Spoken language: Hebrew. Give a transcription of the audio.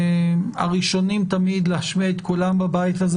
הראשונים תמיד להשמיע את קולם בבית הזה